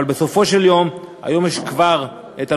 אבל בסופו של דבר היום הנושא הזה כבר מכוסה